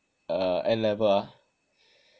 uh n'level ah